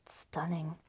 stunning